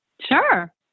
sure